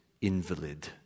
invalid